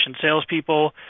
salespeople